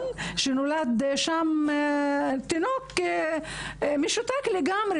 שנולד תינוק משותק לגמרי.